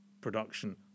production